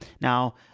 Now